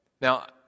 Now